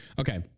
Okay